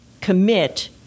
commit